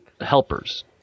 helpers